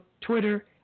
Twitter